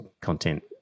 content